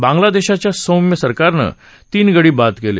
बांगला देशाच्या सौम्य सरकारनं तीन गडी बाद केले